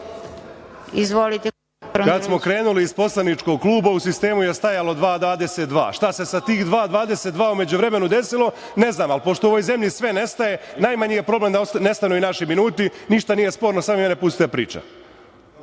Kada smo krenuli iz poslaničkog kluba, u sistemu je stajalo 2,22. Šta se sa tih 2,22 u međuvremenu desilo, ne znam, ali pošto u ovoj zemlji sve nestaje, najmanji je problem da nestanu i naši minuti. Ništa nije sporno, samo vi mene pustite